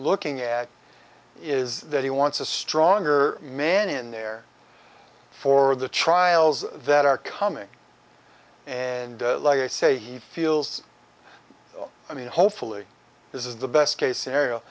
looking at is that he wants a stronger man in there for the trials that are coming and like i say he feels i mean hopefully this is the best case scenario